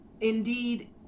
Indeed